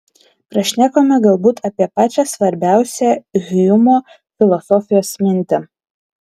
prašnekome galbūt apie pačią svarbiausią hjumo filosofijos mintį